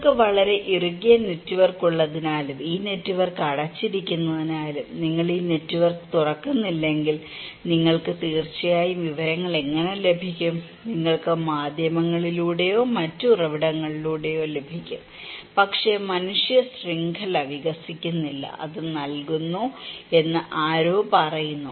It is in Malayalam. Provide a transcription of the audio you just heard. നിങ്ങൾക്ക് വളരെ ഇറുകിയ നെറ്റ്വർക്ക് ഉള്ളതിനാലും ഈ നെറ്റ്വർക്ക് അടച്ചിരിക്കുന്നതിനാലും നിങ്ങൾ ഈ നെറ്റ്വർക്ക് തുറക്കുന്നില്ലെങ്കിൽ നിങ്ങൾക്ക് തീർച്ചയായും വിവരങ്ങൾ എങ്ങനെ ലഭിക്കും നിങ്ങൾക്ക് മാധ്യമങ്ങളിലൂടെയോ മറ്റ് ഉറവിടങ്ങളിലൂടെയോ ലഭിക്കും പക്ഷേ മനുഷ്യ ശൃംഖല വികസിക്കുന്നില്ല അത് നൽകുന്നു എന്ന് ആരോ പറയുന്നു